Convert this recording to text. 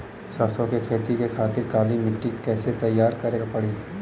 सरसो के खेती के खातिर काली माटी के कैसे तैयार करे के पड़ी?